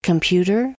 Computer